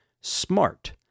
SMART